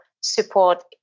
support